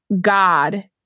God